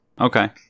Okay